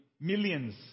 millions